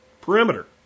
perimeter